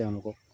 তেওঁলোকক